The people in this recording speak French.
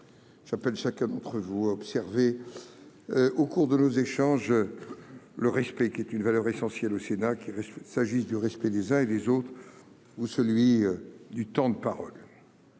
J'appelle chacun d'entre vous à observer au cours de nos échanges l'une des valeurs essentielles du Sénat : le respect, qu'il s'agisse du respect des uns et des autres ou de celui du temps de parole.